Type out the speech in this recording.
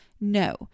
No